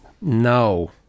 No